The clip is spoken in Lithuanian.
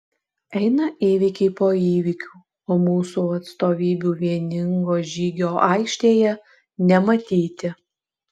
eina įvykiai po įvykių o mūsų atstovybių vieningo žygio aikštėje nematyti